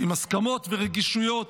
עם הסכמות ורגישויות